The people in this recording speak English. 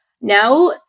now